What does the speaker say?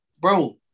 Bro